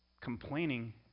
complaining